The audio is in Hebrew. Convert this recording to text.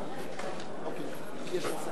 תודה רבה.